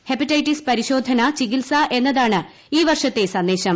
hepatitis പരിശോധന ചികിത്സ എന്നതാണ് ഈ വർഷത്തെ സന്ദേശം